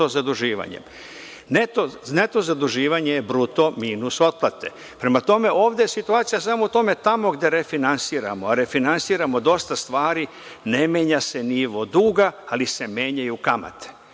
Neto zaduživanje je bruto minus otplate. Prema tome, ovde je situacija samo u tome tamo gde refinansiramo, a refinansiramo dosta stvari, ne menja se nivo duga, ali se menjaju kamate.